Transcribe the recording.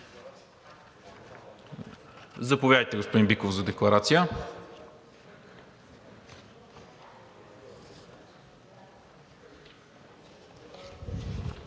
Заповядайте, господин Биков за декларация.